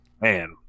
Man